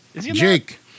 Jake